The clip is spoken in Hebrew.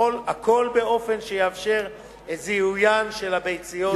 הכול באופן שיאפשר את זיהוין של הביציות בעתיד.